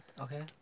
Okay